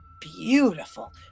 beautiful